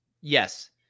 yes